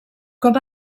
com